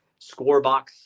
scorebox